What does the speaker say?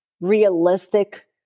realistic